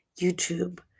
YouTube